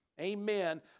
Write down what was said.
Amen